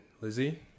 Lizzie